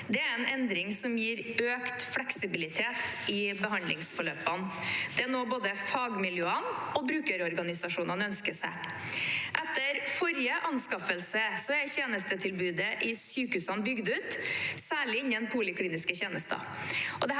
Det er en endring som gir økt fleksibilitet i behandlingsforløpene, og det er noe både fagmiljøene og brukerorganisasjonene ønsker seg. Etter forrige anskaffelse er tjenestetilbudet i sykehusene bygd ut, særlig innen polikliniske tjenester.